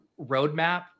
roadmap